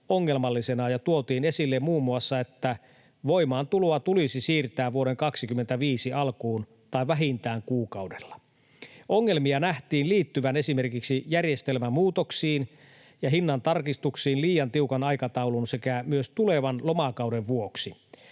ongelmallisena ja tuotiin esille muun muassa, että voimaantuloa tulisi siirtää vuoden 25 alkuun tai vähintään kuukaudella. Ongelmia nähtiin liittyvän esimerkiksi järjestelmämuutoksiin ja hinnantarkistuksiin liian tiukan aikataulun sekä myös tulevan lomakauden vuoksi.